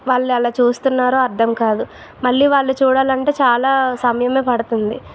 వాళ్ళు అలా చూస్తాన్నారో అర్దంకాదు మళ్ళీ వాళ్ళు చూడాలంటే చాలా సమయమే పడతుంది